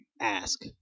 ask